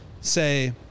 say